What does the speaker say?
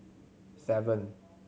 seven